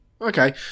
Okay